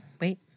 Wait